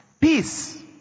peace